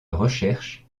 recherches